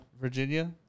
Virginia